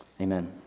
Amen